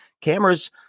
cameras